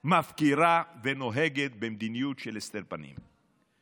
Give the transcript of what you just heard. מפקירה ונוהגת במדיניות של הסתר פנים.